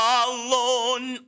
alone